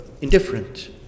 indifferent